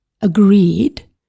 agreed